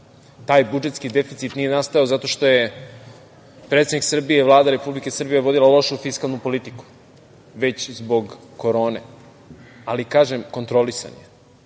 taj budžetski deficit nije nastao zato što je predsednik Srbije i Vlada Republike Srbije vodila lošu fiskalnu politiku, već zbog korone. Ali, kažem – kontrolisan je